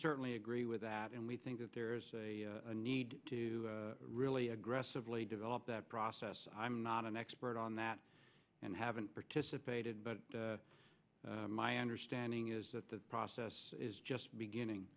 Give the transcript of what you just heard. certainly agree with that and we think that there's a need to really aggressively develop that process i'm not an expert on that and haven't participated but my understanding is that the process is just beginning